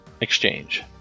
exchange